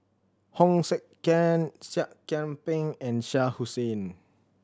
Hong Sek Chern Seah Kian Peng and Shah Hussain